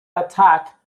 attack